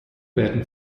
werden